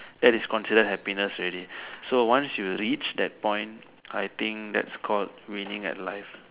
that is considered happiness already so once you reach that point I think that's called winning at life